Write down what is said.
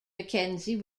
mackenzie